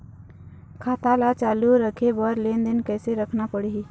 खाता ला चालू रखे बर लेनदेन कैसे रखना पड़ही?